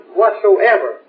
whatsoever